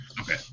Okay